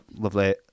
lovely